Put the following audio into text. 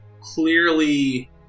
clearly